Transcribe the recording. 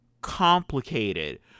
complicated